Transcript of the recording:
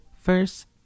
First